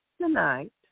Tonight